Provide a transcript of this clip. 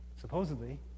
supposedly